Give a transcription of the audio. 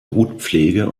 brutpflege